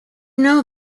know